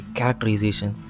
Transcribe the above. Characterization